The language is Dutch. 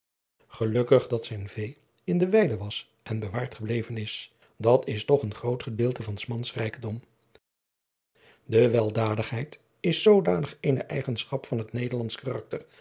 gelukkig dat zijn vee in de weide was en bewaard gebleven is dat is toch een groot gedeelte van's mans rijkdom de weldadigheid is zoodanig eene eigenschap van het nederlandsch karakter